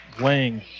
Wang